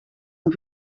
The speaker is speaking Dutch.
een